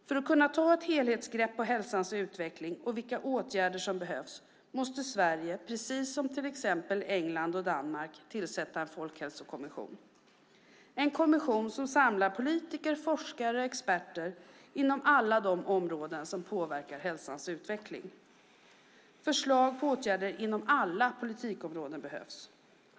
För att kunna ta ett helhetsgrepp på hälsans utveckling och vilka åtgärder som behövs måste Sverige, precis som till exempel England och Danmark, tillsätta en folkhälsokommission. Det ska vara en kommission som samlar politiker, forskare och experter inom alla de områden som påverkar hälsans utveckling. Förslag på åtgärder inom alla politikområden behövs.